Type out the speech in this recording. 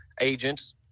agents